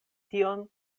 tion